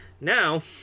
Now